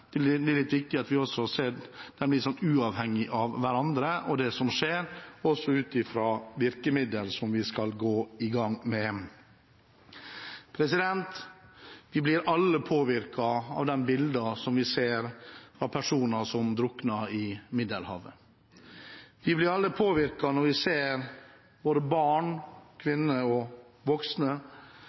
Det er litt viktig at vi ser det som skjer, de situasjonene, litt uavhengig av hverandre, også ut fra virkemidler som vi skal gå i gang med. Vi blir alle påvirket av de bildene vi ser av personer som drukner i Middelhavet. Vi blir alle påvirket når vi ser både barn, kvinner og voksne